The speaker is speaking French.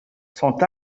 sont